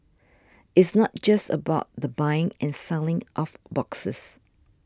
it's not just about the buying and selling of boxes